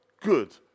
good